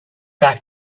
back